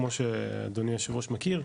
כמו שאדוני היושב ראש מכיר,